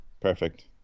Perfect